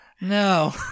no